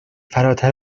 فراتر